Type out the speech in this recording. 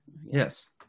yes